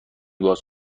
باز